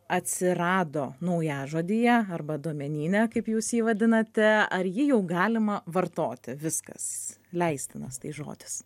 atsirado naujažodyje arba duomenyne kaip jūs jį vadinate ar jį jau galima vartoti viskas leistinas tai žodis